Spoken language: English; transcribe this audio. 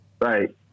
Right